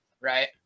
right